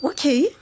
Okay